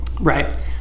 Right